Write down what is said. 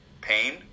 pain